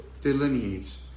delineates